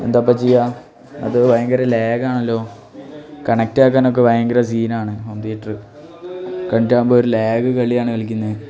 എന്തായിപ്പോൾ ചെയ്യുക അത് ഭയങ്കര ലേഗാണല്ലോ കണക്റ്റാക്കാനൊക്കെ ഭയങ്കര സീനാണ് ഹോം തിയേറ്ററ് കണക്റ്റാകുമ്പോൾ ഒരു ലാഗ് കളിയാണ് കളിക്കുന്നത്